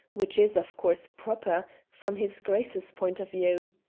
which is of course proper from his grace's point of view.